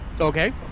Okay